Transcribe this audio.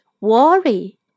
worry